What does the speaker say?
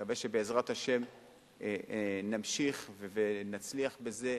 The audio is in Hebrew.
נקווה שבעזרת השם נמשיך ונצליח בזה,